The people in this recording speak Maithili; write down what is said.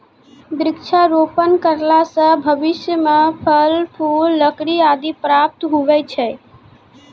वृक्षारोपण करला से भविष्य मे फल, फूल, लकड़ी आदि प्राप्त हुवै छै